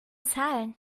zahlen